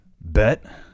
Bet